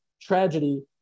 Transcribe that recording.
tragedy